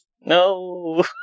No